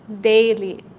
daily